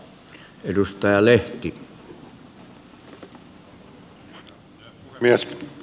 arvoisa herra puhemies